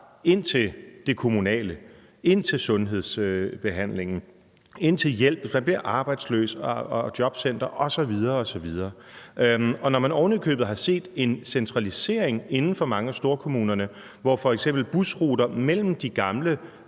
ind til det kommunale, ind til sundhedsbehandling, ind til hjælp, hvis man bliver arbejdsløs, og jobcenter osv. Og når man ovenikøbet har set en centralisering inden for mange af storkommunerne, hvor f.eks. busruter mellem de gamle